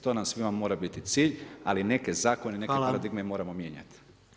To nam svima mora biti cilj, ali neke zakone, neke paradigme moramo mijenjati.